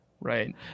Right